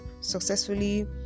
successfully